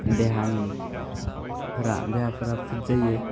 देहाफोरा फिट जायो